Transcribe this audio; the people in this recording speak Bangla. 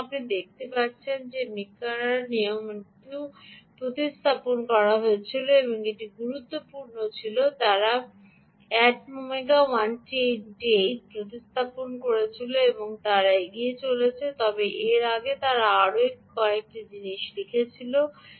সুতরাং আপনি দেখতে পাচ্ছেন যে মিকারার নিয়ামকটিও প্রতিস্থাপন করা হয়েছিল এবং এটি গুরুত্বপূর্ণ ছিল তারা এটিটিমেগা 128 দ্বারা প্রতিস্থাপন করেছিল এবং তারা এগিয়ে চলেছে তবে এর আগে তারা আরও কয়েকটি জিনিস লিখেছিল